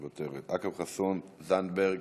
מוותרת, אכרם חסון, זנדברג,